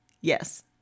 Yes